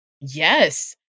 Yes